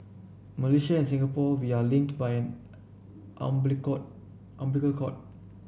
Malaysia and Singapore we are linked by an cord umbilical cord